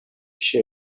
kişi